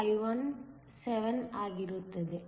99517 ಆಗಿರುತ್ತದೆ